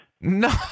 No